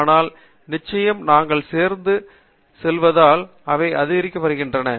ஆனால் நிச்சயம் நாங்கள் சேர்ந்து செல்வதால் அவை அதிகரித்து வருகின்றன